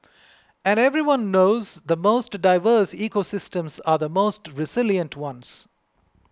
and everyone knows the most diverse ecosystems are the most resilient ones